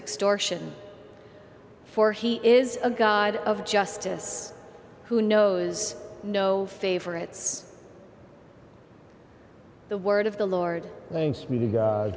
extortion for he is a god of justice who knows no favorites the word of the lord